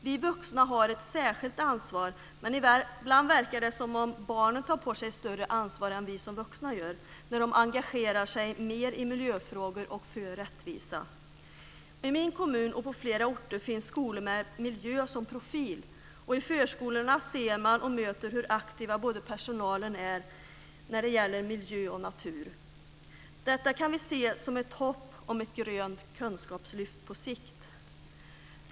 Vi vuxna har ett särskilt ansvar, men ibland verkar det som om barnen tar på sig större ansvar än vi som vuxna gör när de engagerar sig mer i miljöfrågor och för rättvisa. I min kommun, och på flera orter, finns skolor med miljö som profil. I förskolorna ser man hur aktiva både personalen och barnen är när det gäller miljö och natur. Detta kan vi se som ett hopp om ett grönt kunskapslyft på sikt.